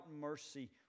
mercy